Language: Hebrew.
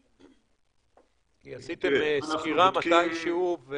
כי עשיתם סקירה מתי שהוא?